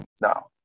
Now